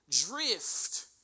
drift